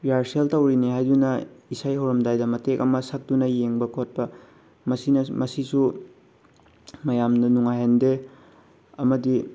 rehearsal ꯇꯧꯔꯤꯅꯦ ꯍꯥꯏꯗꯨꯅ ꯏꯁꯩ ꯍꯧꯔꯝꯗꯥꯏꯗ ꯃꯇꯦꯛ ꯑꯃ ꯁꯛꯇꯨꯅ ꯌꯦꯡꯕ ꯈꯣꯠꯄ ꯃꯁꯤꯁꯨ ꯃꯌꯥꯝꯗ ꯅꯨꯡꯉꯥꯏꯍꯟꯗꯦ ꯑꯃꯗꯤ